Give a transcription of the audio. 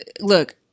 look